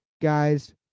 guys